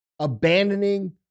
abandoning